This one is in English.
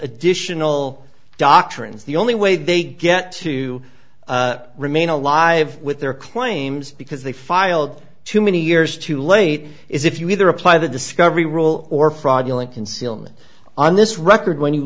additional doctrines the only way they get to remain alive with their claims because they filed too many years too late is if you either apply the discovery rule or fraudulent concealment on this record when you